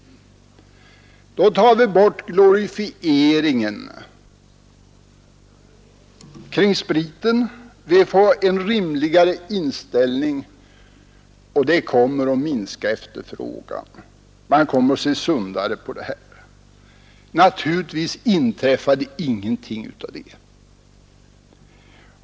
Då tar vi bort glorifieringen av spriten. Vi får en rimligare inställning, och det kommer att minska efterfrågan. Man kommer att se sundare på det här. Så hette det då. Naturligtvis inträffade ingenting av det.